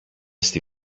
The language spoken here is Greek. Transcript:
στη